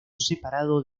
separado